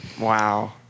Wow